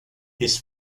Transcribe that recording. his